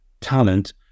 talent